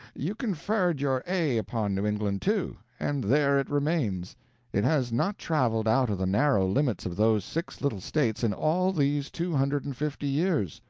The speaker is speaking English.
you conferred your a upon new england, too, and there it remains it has not traveled out of the narrow limits of those six little states in all these two hundred and fifty years.